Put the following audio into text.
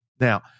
now